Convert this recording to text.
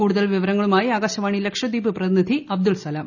കൂടുതൽ വിവരങ്ങളുമായി ആകാശവാണി ലക്ഷദ്വീപ് പ്രതിനിധി അബ്ദുൾ സലാം